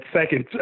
second